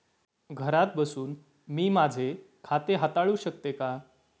घरात बसून मी माझे खाते हाताळू शकते का?